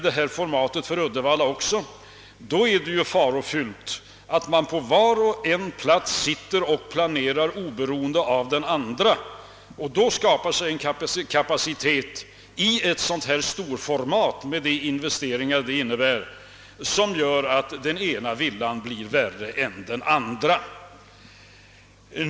Det är farofyllt att man på varje varv sitter och planerar oberoende av de andra och på så sätt skaffar sig en överkapacitet för fartyg av sådant här format, med de stora investeringar det innebär, och därmed gör den ena villan värre än den andra.